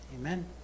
Amen